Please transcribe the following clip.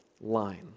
line